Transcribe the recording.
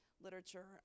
literature